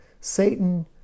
Satan